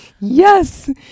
Yes